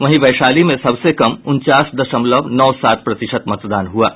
वहीं वैशाली में सबसे कम उनचास दशमलव नौ सात प्रतिशत मतदान हुआ है